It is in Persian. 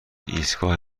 ایستگاه